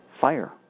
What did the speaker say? fire